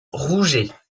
rouget